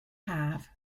haf